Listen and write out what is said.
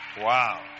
Wow